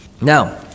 Now